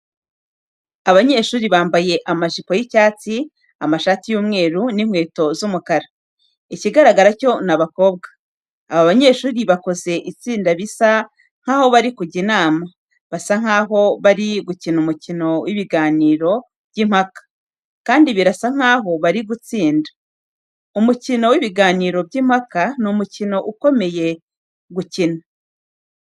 Abanyeshuri bambaye amajipo y'icyatsi, amashati y'umweru n'inkweto z'umukara, ikigaragara cyo ni abakobwa. Aba banyeshuri bakoze itsinda bisa nkaho bari kujya inama, basa nkaho bari gukina umukino w'ibiganiro by'impaka, kandi birasa nkaho bari gutsinda. Umukino w'ibiganiro by'impaka ni umukino ukomeye gukina.